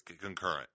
concurrent